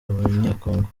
abanyekongo